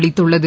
அளித்துள்ளது